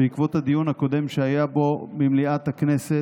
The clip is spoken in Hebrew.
בעקבות הדיון הקודם שהיה במליאת הכנסת.